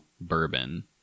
bourbon